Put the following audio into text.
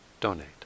donate